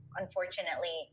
unfortunately